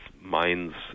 minds